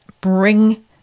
bring